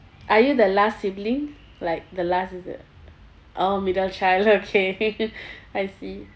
are you the last sibling like the last is it oh middle child okay I see